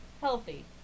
Healthy